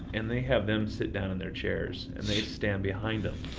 and they had them sit down in their chairs, and they stand behind them.